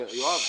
בבקשה.